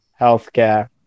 healthcare